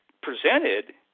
presented